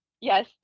Yes